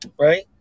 right